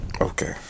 Okay